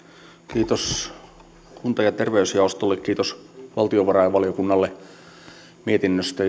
kiitos kunta ja terveysjaostolle kiitos valtiovarainvaliokunnalle mietinnöstä